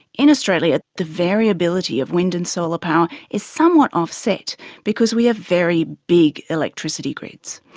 in australia, the variability of wind and solar power is somewhat offset because we have very big electricity grids.